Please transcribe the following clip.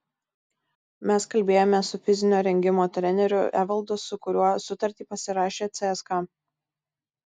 mes kalbėjome su fizinio rengimo treneriu evaldu su kuriuo sutartį pasirašė cska